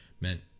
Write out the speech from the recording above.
meant